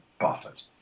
Buffett